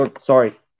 Sorry